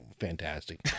fantastic